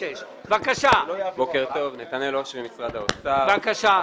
בפועל את כל ההתייקרויות בכל השירותים- -- לא מקזזים.